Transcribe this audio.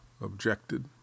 objected